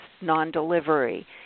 non-delivery